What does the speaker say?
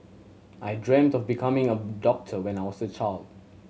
I dreamt of becoming a doctor when I was a child